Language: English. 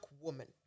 woman